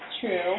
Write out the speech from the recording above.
true